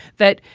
that